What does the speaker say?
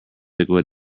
liquid